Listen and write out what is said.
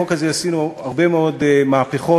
בחוק הזה עשינו הרבה מאוד מהפכות,